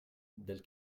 del